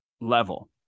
level